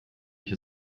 ich